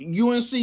UNC